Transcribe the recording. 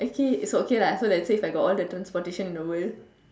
okay so okay lah so let's say if I got all the transportation in the world